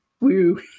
Woo